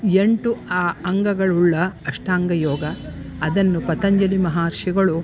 ಎಂಟು ಅಂಗಗಳುಳ್ಳ ಅಷ್ಟಾಂಗ ಯೋಗ ಅದನ್ನು ಪತಂಜಲಿ ಮಹರ್ಷಿಗಳು